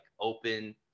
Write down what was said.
open